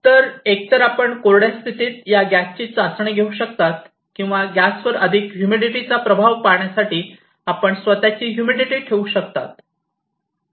तर एकतर आपण कोरड्या स्थितीत या गॅसची चाचणी घेऊ शकता किंवा गॅस वर अधिक ह्युमिडिटीचा प्रभाव पाहण्यासाठी आपण स्वतःची ह्युमिडिटी ठेवू शकता